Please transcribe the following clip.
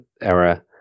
era